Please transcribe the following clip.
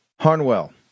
Harnwell